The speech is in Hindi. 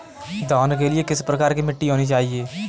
धान के लिए किस प्रकार की मिट्टी होनी चाहिए?